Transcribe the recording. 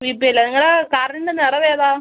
B P L നിങ്ങളെ കാർഡിൻ്റെ നിറമേതാണ്